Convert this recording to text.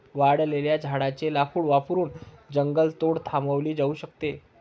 वाळलेल्या झाडाचे लाकूड वापरून जंगलतोड थांबवली जाऊ शकते